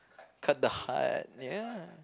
cut the heart ya